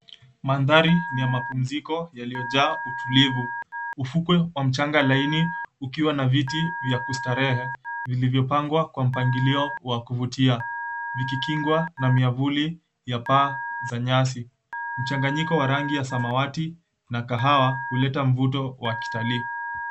Mandhari ni ya mapumziko yaliyojaa utulivu. Ufukwe wa mchanga laini ukiwa na viti vya kustarehe vilivyopangwa kwa mpangilio wa kuvutia vikikingwa na miavuli ya paa za nyasi, mchanganyiko wa rangi ya samawati na kahawa huleta mvuto wa kitalii.